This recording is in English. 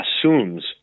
assumes